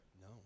No